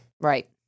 Right